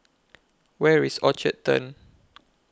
Where IS Orchard Turn